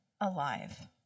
alive